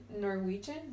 Norwegian